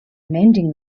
mending